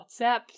WhatsApp